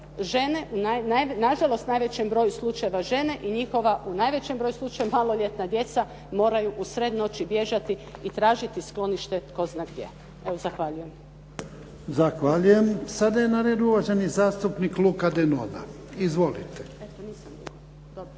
na žalost u najvećem broju slučajeva žene i njihova, u najvećem broju slučajeva maloljetna djeca moraju u sred noći bježati i tražiti sklonište tko zna gdje. Evo zahvaljujem. **Jarnjak, Ivan (HDZ)** Zahvaljujem. Sada je na redu uvaženi zastupnik Luka Denona. Izvolite. **Denona, Luka